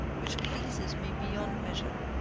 which pleases me beyond measure.